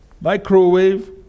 microwave